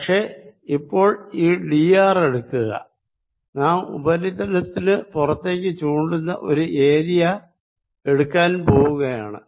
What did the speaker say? പക്ഷെ ഇപ്പോൾ ഈ ഡിആർ എടുക്കുക നാം ഉപരിതലത്തിനു പുറത്തേക്ക് ചൂണ്ടുന്ന ഒരു ഏരിയ എടുക്കുവാൻ പോകുകയാണ്